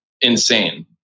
insane